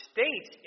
States